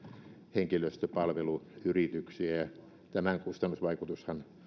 henkilöstöpalveluyrityksiä ja tämän kustannusvaikutushan